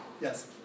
Yes